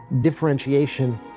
differentiation